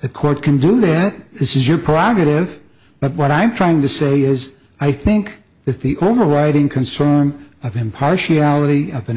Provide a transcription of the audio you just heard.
the court can do that this is your prerogative but what i'm trying to say is i think that the owner writing concern of impartiality